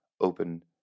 open